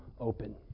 open